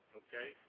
okay